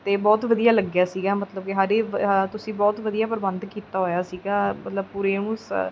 ਅਤੇ ਬਹੁਤ ਵਧੀਆ ਲੱਗਿਆ ਸੀਗਾ ਮਤਲਬ ਕਿ ਹਰ ਤੁਸੀਂ ਬਹੁਤ ਵਧੀਆ ਪ੍ਰਬੰਧ ਕੀਤਾ ਹੋਇਆ ਸੀਗਾ ਮਤਲਬ ਪੂਰੇ ਉਹਨੂੰ ਸਾ